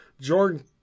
Jordan